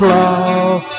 love